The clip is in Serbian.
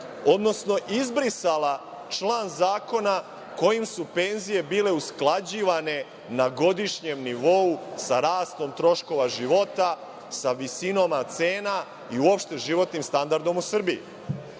odnosno izbrisala član zakona kojim su penzije bile usklađivane na godišnjem nivou sa rastom troškova života, sa visinama cena i uopšte životnim standardom u Srbiji. Dakle,